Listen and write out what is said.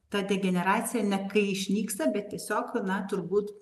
ta degeneracija ne kai išnyksta bet tiesiog na turbūt